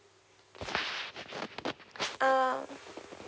err